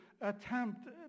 attempt